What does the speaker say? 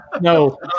no